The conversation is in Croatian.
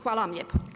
Hvala vam lijepa.